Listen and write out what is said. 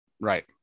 right